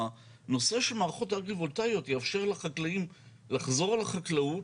הנושא של מערכות אגרו-וולטאיות יאפשר לחקלאים לחזור לחקלאות,